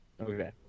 Okay